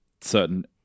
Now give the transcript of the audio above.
certain